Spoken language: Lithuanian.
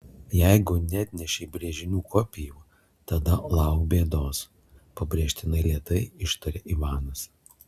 jeigu neatnešei brėžinių kopijų tada lauk bėdos pabrėžtinai lėtai ištarė ivanas